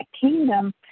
kingdom